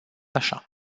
așa